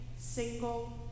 single